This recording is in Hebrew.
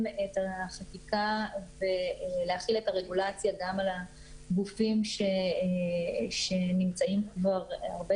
את החקיקה ולהחיל את הרגולציה גם על הגופים שנמצאים כבר הרבה